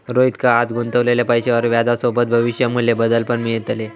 रोहितका आज गुंतवलेल्या पैशावर व्याजसोबत भविष्य मू्ल्य बदल पण मिळतले